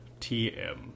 TM